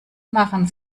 machen